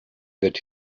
that